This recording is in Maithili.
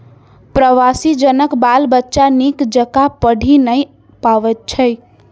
प्रवासी जनक बाल बच्चा नीक जकाँ पढ़ि नै पबैत छै